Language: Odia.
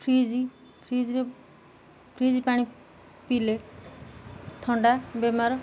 ଫ୍ରିଜି ଫ୍ରିଜରେ ଫ୍ରିଜ ପାଣି ପିଇଲେ ଥଣ୍ଡା ବେମାର